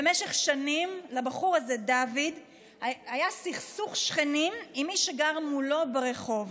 במשך שנים לבחור הזה דוד היה סכסוך שכנים עם מי שגר מולו ברחוב.